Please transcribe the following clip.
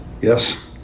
yes